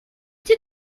did